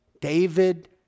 David